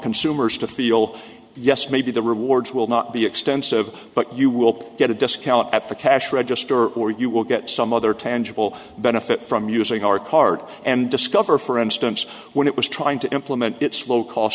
consumers to feel yes maybe the rewards will not be extensive but you will get a discount at the cash register or you will get some other tangible benefit from using our card and discover for instance when it was trying to implement its low cost